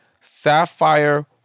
Sapphire